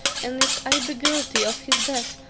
and if i be guilty of his death,